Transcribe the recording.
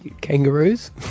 Kangaroos